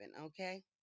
okay